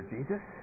Jesus